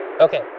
okay